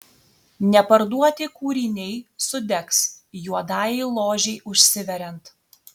neparduoti kūriniai sudegs juodajai ložei užsiveriant